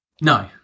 No